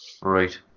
right